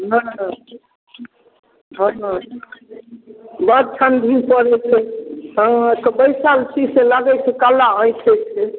नहि हँ बड्ड ठण्डी पड़ै छै हँ बैसल छी से लगै छै कल्ला ऐँठै छै